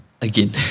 Again